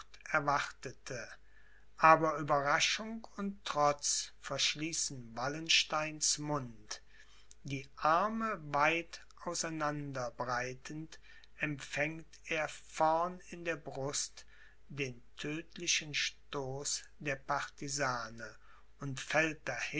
erwartete aber ueberraschung und trotz verschließen wallensteins mund die arme weit auseinander breitend empfängt er vorn in der brust den tödtlichen stoß der partisane und